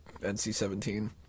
NC-17